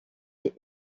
est